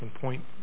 point